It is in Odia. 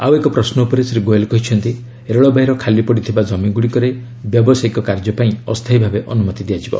ଆଉ ଏକ ପ୍ରଶ୍ନ ଉପରେ ଶ୍ରୀ ଗୋଏଲ୍ କହିଛନ୍ତି ରେଳବାଇର ଖାଲିପଡ଼ିଥିବା କ୍କମିଗୁଡ଼ିକରେ ବ୍ୟବସାୟିକ କାର୍ଯ୍ୟ ପାଇଁ ଅସ୍ଥାୟୀ ଭାବେ ଅନୁମତି ଦିଆଯିବ